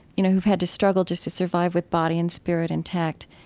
you know, who've had to struggle just to survive with body and spirit intact.